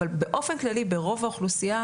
אבל באופן כללי ברוב האוכלוסייה,